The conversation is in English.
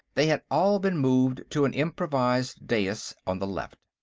they had all been moved to an improvised dais on the left.